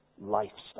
lifestyle